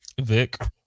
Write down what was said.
Vic